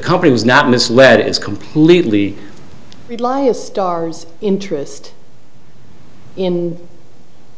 company was not misled is completely reliant stars interest in